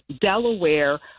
Delaware